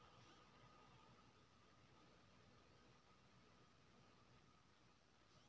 बजरा मे vitamin B three सेहो होइ छै जे कोलेस्ट्रॉल केँ सेहो नियंत्रित करय छै